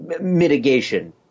mitigation